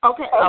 Okay